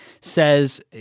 says